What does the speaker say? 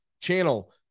channel